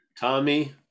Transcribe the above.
Tommy